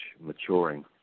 maturing